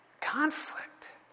conflict